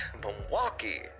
Milwaukee